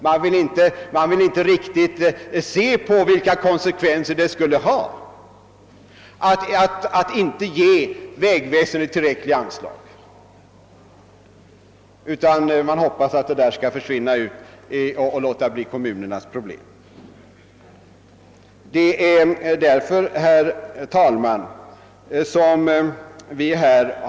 Man vill inte riktigt se vilka konsekvenser det skulle ha att inte ge vägväsendet tillräckliga anslag, utan man hoppas att det skall bli kommunernas problem. Det är därför, herr talman, som vi.